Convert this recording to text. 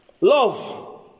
Love